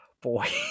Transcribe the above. Boy